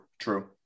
True